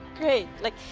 great. like,